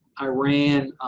iran